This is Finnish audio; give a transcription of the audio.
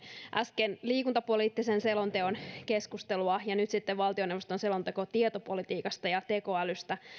äsken liikuntapoliittisen selonteon keskustelua ja nyt sitten valtioneuvoston selonteon tietopolitiikasta ja tekoälystä